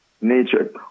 nature